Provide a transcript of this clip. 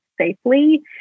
safely